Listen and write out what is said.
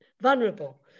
vulnerable